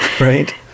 right